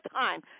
time